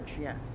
Yes